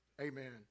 amen